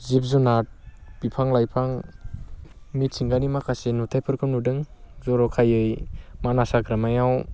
जिब जुनाद बिफां लाइफां मिथिंगानि माखासे नुथायफोरखौ नुदों जर'खायै मानास हाग्रामायाव